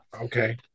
Okay